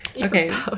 Okay